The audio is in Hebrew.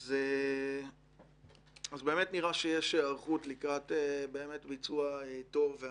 אז באמת נראה שיש היערכות לקראת ביצוע טוב ואמיתי,